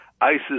ISIS